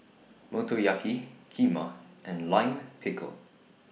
Motoyaki Kheema and Lime Pickle